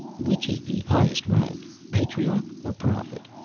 which is the highest rank, patriarch or prophet?